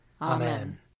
Amen